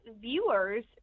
viewers